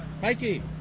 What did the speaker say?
Mikey